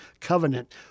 covenant